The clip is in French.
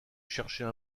cherchait